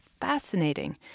fascinating